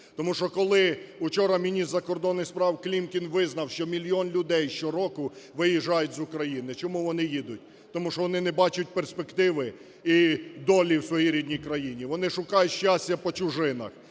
Тому що коли вчора міністр закордонних справ Клімкін визнав, що мільйон людей щороку виїжджають з України, чому вони їдуть? Тому що вони не бачать перспективи і долі в своїй рідній країні. Вони шукають щастя по чужинах.